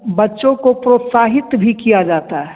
बच्चों को प्रोत्साहित भी किया जाता है